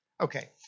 Okay